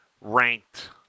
ranked